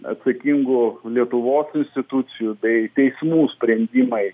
atsakingų lietuvos institucijų bei teismų sprendimai